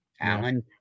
Alan